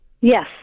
Yes